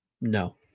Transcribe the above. No